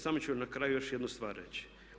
Samo ću na kraju još jednu stvar reći.